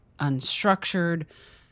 unstructured